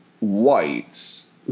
whites